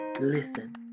Listen